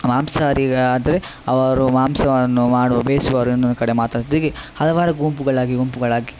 ಮಾಂಸಹಾರಿ ಆದರೆ ಅವರು ಮಾಂಸವನ್ನು ಮಾಡುವ ಬೇಯಿಸುವರನ್ನು ಇನ್ನೊಂದು ಕಡೆ ಮಾತಾಡ್ತಾ ಹೀಗೆ ಹಲವಾರು ಗುಂಪುಗಳಾಗಿ ಗುಂಪುಗಳಾಗಿ